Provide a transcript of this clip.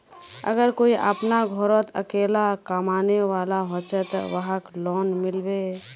अगर कोई अपना घोरोत अकेला कमाने वाला होचे ते वहाक लोन मिलबे?